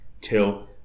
till